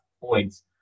points